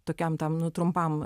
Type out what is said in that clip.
tokiam tam nu trumpam